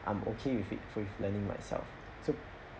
I'm okay with it with learning myself so